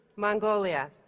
mongolia